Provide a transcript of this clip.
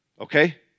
Okay